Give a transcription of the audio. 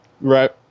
right